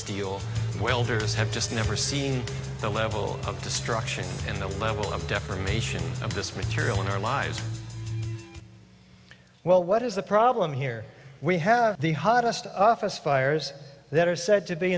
steel welders have just never seen the level of destruction and the level of defamation of this material in our lives well what is the problem here we have the hottest office fires that are said to be